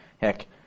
Heck